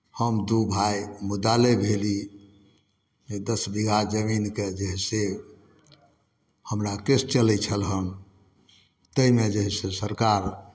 हम दू भाय मुद्दालय भेली दस बीघा जमीनके जे हइ से हमरा केस चलै छल हन ताहिमे जे हइ से सरकार